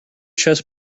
chess